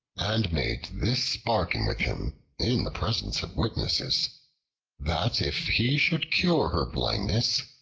and made this bargain with him in the presence of witnesses that if he should cure her blindness,